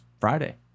Friday